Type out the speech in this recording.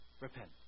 Repent